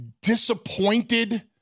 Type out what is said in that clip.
disappointed